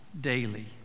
daily